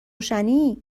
روشنی